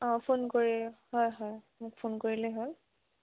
অঁ ফোন কৰি হয় হয় মোক ফোন কৰিলেই হ'ল